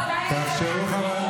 לא ירדת לשפה שלהם.